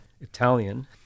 Italian